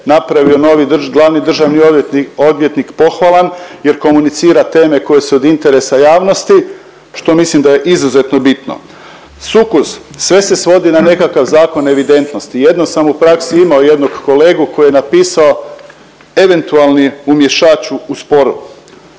napravio novi glavni državni odvjetnik pohvalan jer komunicira teme koje su od interesa javnosti što mislim da je izuzetno bitno. Sukus, sve se svodi na nekakav zakon evidentnosti, jednom sam u praksi imao jednog kolegu koji je napisao eventualni umjšač u spor.